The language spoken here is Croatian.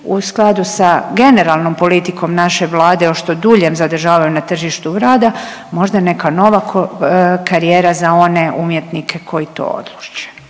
u skladu sa generalnom politikom naše Vlade o što duljem zadržavanju na tržištu rada možda neka nova karijera za one umjetnike koji to odluče.